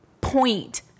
point